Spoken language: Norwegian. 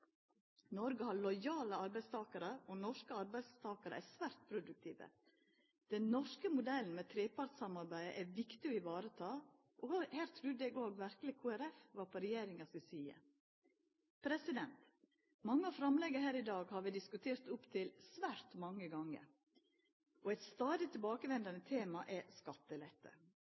Noreg har lojale arbeidstakarar, og norske arbeidstakarar er svært produktive. Den norske modellen med trepartsamarbeidet er viktig å vareta, og her trudde eg verkeleg Kristeleg Folkeparti var på regjeringa si side. Mange av framlegga her i dag har vi diskutert opptil svært mange gonger, og eit stadig tilbakevendande tema er skattelette.